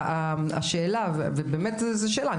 השאלה וזו שאלה,